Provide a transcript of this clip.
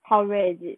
how rare is it